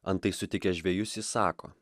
antai sutikęs žvejus jis sako